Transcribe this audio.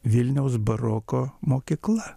vilniaus baroko mokykla